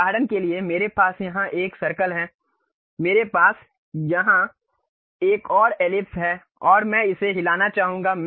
उदाहरण के लिए मेरे पास यहां एक सर्कल है मेरे पास यहां एक और एलिप्स है और मैं इसे हिलाना चाहूंगा